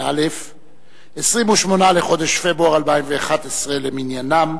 פברואר 2011 למניינם.